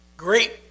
Great